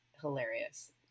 hilarious